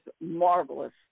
marvelous